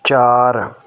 ਚਾਰ